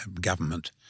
government